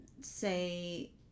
say